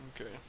Okay